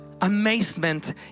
amazement